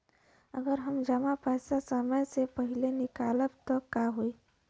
अगर हम जमा पैसा समय से पहिले निकालब त का होई?